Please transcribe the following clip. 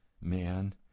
man